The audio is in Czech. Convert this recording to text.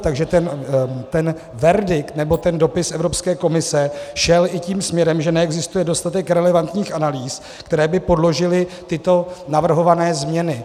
Takže ten verdikt nebo dopis Evropské komise šel i tím směrem, že neexistuje dostatek relevantních analýz, které by podložily tyto navrhované změny.